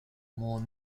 more